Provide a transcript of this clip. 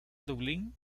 dublín